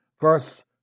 Verse